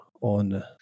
on